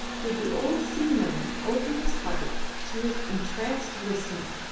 did the old seaman open his heart to his entranced listener.